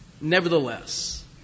Nevertheless